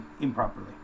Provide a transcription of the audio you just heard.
improperly